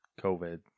COVID